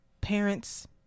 parents